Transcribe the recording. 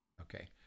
Okay